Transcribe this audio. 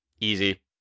Easy